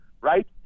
right